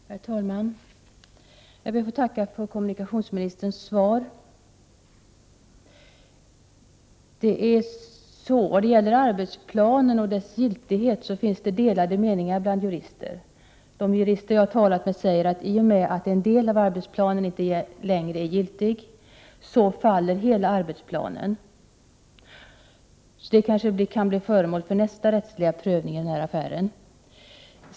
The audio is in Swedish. Herr talman! Jag ber att få tacka för kommunikationsministerns svar. Vad beträffar arbetsplanen och dess giltighet finns det delade meningar bland jurister. De jurister jag har talat med säger att hela arbetsplanen faller i och med att en del av arbetsplanen inte längre är giltig. Detta kanske kan bli föremål för nästa rättsliga prövning i den här affären.